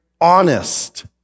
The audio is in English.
honest